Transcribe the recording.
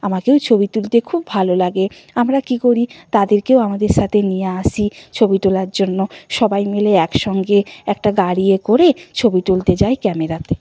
আমাকেও ছবি তুলতে খুব ভালো লাগে আমরা কী করি তাদেরকেও আমাদের সাথে নিয়ে আসি ছবি তোলার জন্য সবাই মিলে একসঙ্গে একটা গাড়ি এ করে ছবি তুলতে যাই ক্যামেরাতে